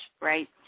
right